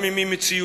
גם אם היא מציאותית